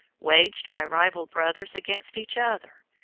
waged by rival brothers against each other,